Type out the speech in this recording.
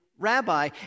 rabbi